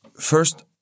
first